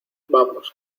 vamos